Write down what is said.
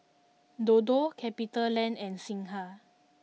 Dodo CapitaLand and Singha